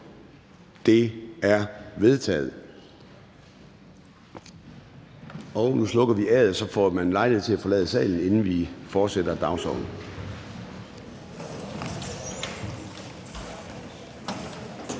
Det er vedtaget. Nu slukker vi A'et, og så får man lejlighed til at forlade salen, inden vi fortsætter med dagsordenen.